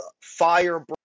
fire